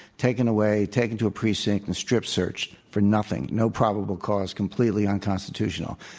taken away, taken to a precinct and strip-searched for nothing. no probable cause. completely unconstitutional.